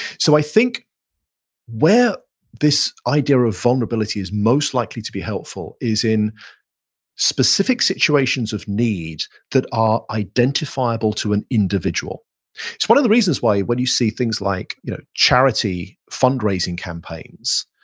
so i think where this idea of vulnerability is most likely to be helpful is in specific situations of need that are identifiable to an individual it's one of the reasons why when you see things like you know charity fundraising campaigns,